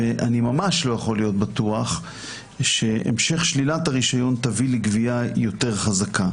אני ממש לא יכול להיות בטוח שהמשך שלילת הרישיון תביא לגבייה יותר חזקה.